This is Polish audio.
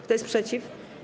Kto jest przeciw?